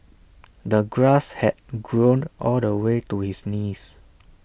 the grass had grown all the way to his knees